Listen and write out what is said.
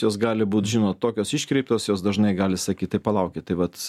jos gali būt žinot tokios iškreiptos jos dažnai gali sakyt tai palaukit tai vat